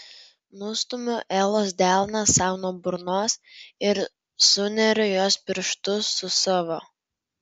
nustumiu elos delną sau nuo burnos ir suneriu jos pirštus su savo